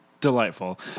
Delightful